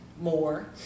more